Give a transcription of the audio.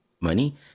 money